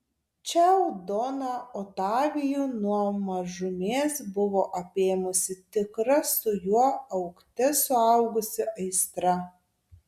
čiau doną otavijų nuo mažumės buvo apėmusi tikra su juo augte suaugusi aistra